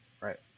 Right